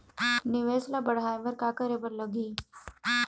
निवेश ला बढ़ाय बर का करे बर लगही?